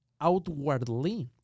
outwardly